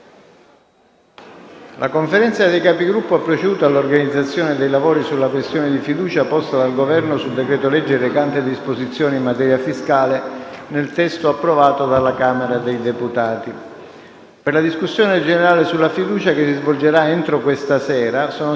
Per la discussione sulla fiducia, che si svolgerà entro questa sera, sono state ripartite due ore e cinque minuti in base a specifiche richieste dei Gruppi. Le dichiarazioni finali di voto avranno luogo domani mattina, a partire dalle ore 9,30, e seguirà, quindi, la chiama.